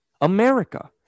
America